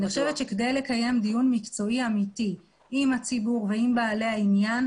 אני חושבת שכדי לקיים דיון מקצועי אמיתי עם הציבור ועם בעלי העניין,